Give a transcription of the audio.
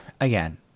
again